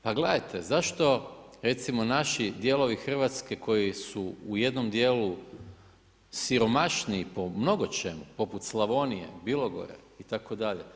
Pa gledajte, zašto, recimo, naši dijelovi RH koji su u jednom dijelu siromašniji po mnogočemu, poput Slavonije, Bilogore itd.